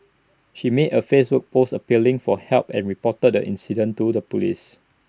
she made A Facebook post appealing for help and reported the incident to the Police